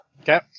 Okay